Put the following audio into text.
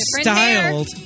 styled